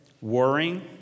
worrying